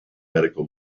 medical